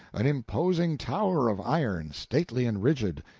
an imposing tower of iron, stately and rigid,